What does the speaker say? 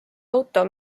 auto